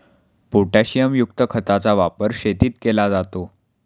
पोटॅशियमयुक्त खताचा वापर शेतीत केला जातो